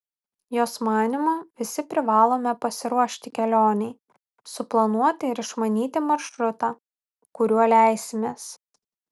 jos manymu visi privalome pasiruošti kelionei suplanuoti ir išmanyti maršrutą kuriuo leisimės